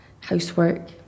housework